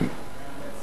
כן.